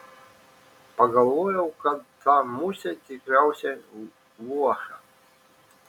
pagalvojau kad ta musė tikriausiai luoša